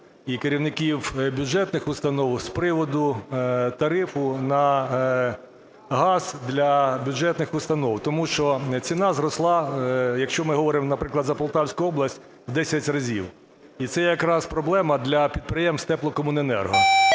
і керівників бюджетних установ з приводу тарифу на газ для бюджетних установ. Тому що ціна зросла, якщо ми говоримо, наприклад, за Полтавську область, в 10 разів і це якраз проблема для підприємств теплокомуненерго.